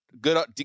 good